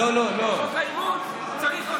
אבל את חוק האימוץ צריך,